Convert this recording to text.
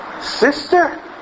Sister